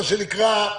מה שנקרא,